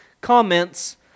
comments